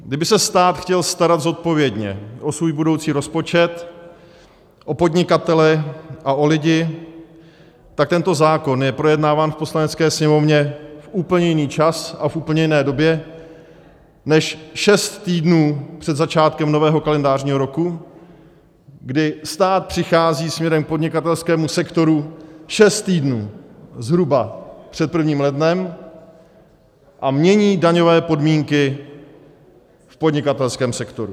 Kdyby se stát chtěl starat zodpovědně o svůj budoucí rozpočet, o podnikatele a o lidi, tak je tento zákon projednáván v Poslanecké sněmovně v úplně jiný čas a v úplně jiné době než šest týdnů před začátkem nového kalendářního roku, kdy stát přichází směrem k podnikatelskému sektoru šest týdnů zhruba před 1. lednem a mění daňové podmínky v podnikatelském sektoru.